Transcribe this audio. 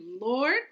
Lord